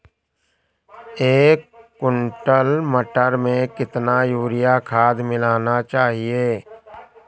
एक कुंटल मटर में कितना यूरिया खाद मिलाना चाहिए?